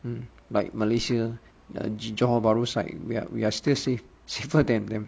um like malaysia the johor bahru side we are we are still safer then them